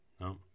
No